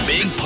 Big